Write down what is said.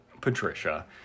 Patricia